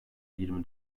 yirmi